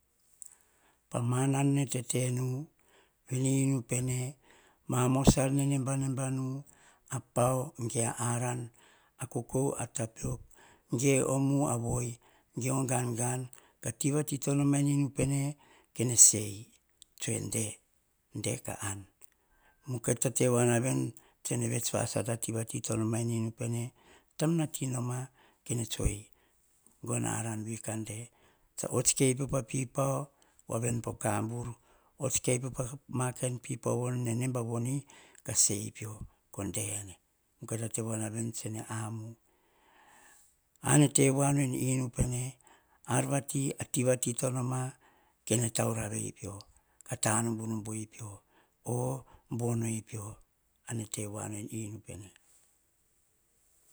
Pama nan nene tete nu, veni inu pene, ma mos ar nene nebaneba nu, a pao ge aran, kokou, a tapiok ge o mu a voi geo gangan. Kita tivati noma en inu pene, kene se ei. Tose, de, de ka an, mukai ta tevoa na veni tsene vets vasata ti to noma en inu pene, taim na ti noma, kene tose ei, gono a aram vi ka de, tsa hot kai pio, po pipao, voa veni po kaburu, hot kai pio, pa ma kain pipao nene, nemba voni, ka sei pio. Ko de ene, ke ta tevoa tsene amu, ar nene te voa nu em inu pene. Ar vati, tivati tsa noma, kene tauravi pio, ka ta nubunubui pio, o bon ei pio. Ar nene te vuanu en inu pene.